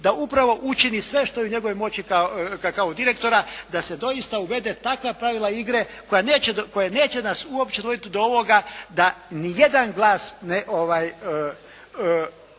da upravo učini sve što je u njegovoj moći kao direktora da se doista uvede takva pravila igre koja neće nas uopće dovoditi do ovoga da nijedan glas, da